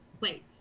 wait